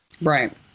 Right